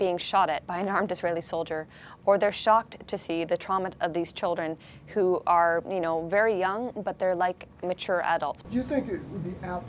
being shot at by an armed israeli soldier or they're shocked to see the trauma of these children who are you know very young but they're like mature adults you